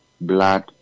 blood